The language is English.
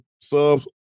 subs